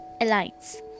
alliance